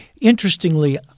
Interestingly